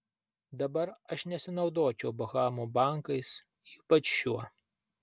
dabar aš nesinaudočiau bahamų bankais ypač šiuo